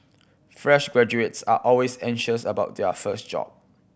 fresh graduates are always anxious about their first job